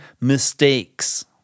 mistakes